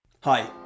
Hi